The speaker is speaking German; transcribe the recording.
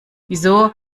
wieso